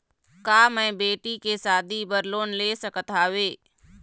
का मैं बेटी के शादी बर लोन ले सकत हावे?